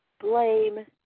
Blame